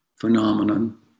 phenomenon